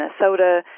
Minnesota